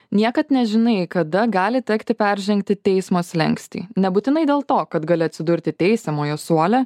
niekad nežinai kada gali tekti peržengti teismo slenkstį nebūtinai dėl to kad gali atsidurti teisiamojo suole